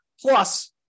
Plus